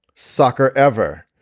soccer ever.